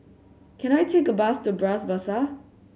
can I take a bus to Bras Basah